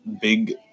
big